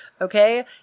Okay